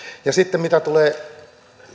ja sitten mitä tulee